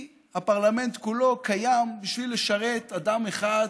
הפרלמנט כולו קיים בשביל לשרת אדם אחד